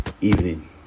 evening